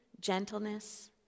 gentleness